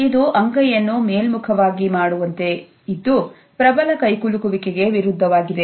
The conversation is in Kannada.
ಇದು ಅಂಗೈಯನ್ನು ಮೇಲ್ಮುಖವಾಗಿ ಮಾಡಿ ಮಾಡುವ ರೀತಿಯಲ್ಲಿದ್ದು ಪ್ರಬಲ ಕೈಕುಲುಕುವಿಕೆಗೆ ವಿರುದ್ಧವಾಗಿದೆ